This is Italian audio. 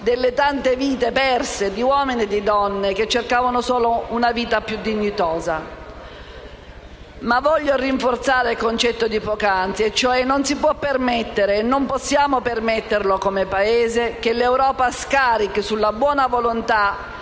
delle tante vite perse di uomini e donne che cercavano solo una vita più dignitosa. Ma voglio rinforzare il concetto di poc'anzi: non possiamo permettere, come Paese, che l'Europa scarichi sulla buona volontà